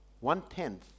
One-tenth